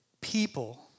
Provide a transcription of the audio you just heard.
people